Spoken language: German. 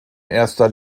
erster